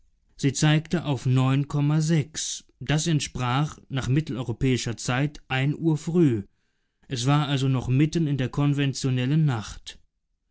sie zeigte auf das entsprach nach mitteleuropäischer zeit ein uhr früh es war also noch mitten in der konventionellen nacht